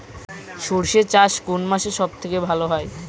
সর্ষে চাষ কোন মাসে সব থেকে ভালো হয়?